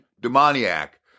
demoniac